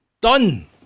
Done